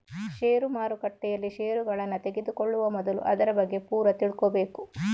ಷೇರು ಮಾರುಕಟ್ಟೆಯಲ್ಲಿ ಷೇರುಗಳನ್ನ ತೆಗೆದುಕೊಳ್ಳುವ ಮೊದಲು ಅದರ ಬಗ್ಗೆ ಪೂರ ತಿಳ್ಕೊಬೇಕು